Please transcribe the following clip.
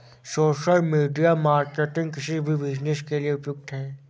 social media marketing किसी भी business के लिए उपयुक्त है